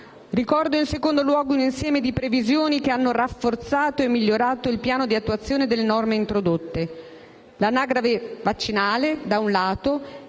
Ricordo in secondo luogo un insieme di previsioni che hanno rafforzato e migliorato il piano di attuazione delle norme introdotte: